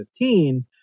2015